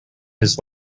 his